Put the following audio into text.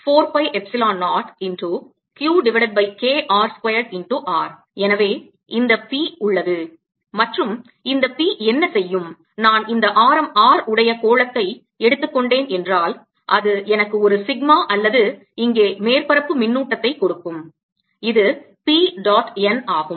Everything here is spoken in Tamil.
எனவே இந்த p உள்ளது மற்றும் இந்த p என்ன செய்யும் நான் இந்த ஆரம் R உடைய கோளத்தை எடுத்துக்கொண்டேன் என்றால் அது எனக்கு ஒரு சிக்மா அல்லது இங்கே மேற்பரப்பு மின்னூட்டத்தை கொடுக்கும் இது p டாட் n ஆகும்